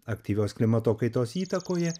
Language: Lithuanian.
aktyvios klimato kaitos įtakoje